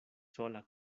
sola